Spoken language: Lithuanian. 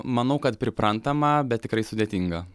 manau kad priprantama bet tikrai sudėtinga